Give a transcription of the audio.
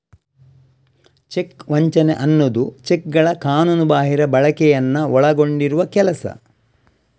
check ವಂಚನೆ ಅನ್ನುದು ಚೆಕ್ಗಳ ಕಾನೂನುಬಾಹಿರ ಬಳಕೆಯನ್ನ ಒಳಗೊಂಡಿರುವ ಕೆಲಸ